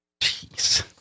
Jeez